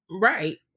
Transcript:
right